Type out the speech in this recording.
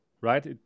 right